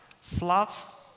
Slav